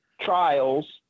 trials